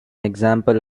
example